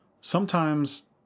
Sometimes